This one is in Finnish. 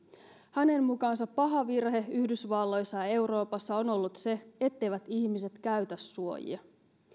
hänen mukaansa paha virhe yhdysvalloissa ja euroopassa on ollut se etteivät ihmiset käytä suojia